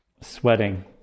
sweating